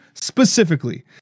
specifically